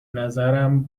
نظرم